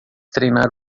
treinar